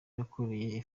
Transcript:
yakoreye